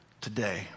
today